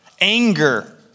Anger